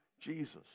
Jesus